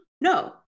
No